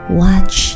watch